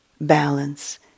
balance